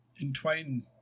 entwine